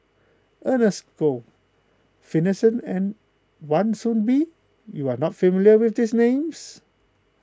Ernest Goh Finlayson and Wan Soon Bee you are not familiar with these names